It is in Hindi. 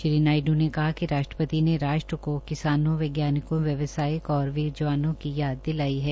श्री नायडू ने कहा कि राष्ट्रपति ने राष्ट्र को किसानोंवैज्ञानिकों व्यवसायी और वीर जवानों की याद दिलाई है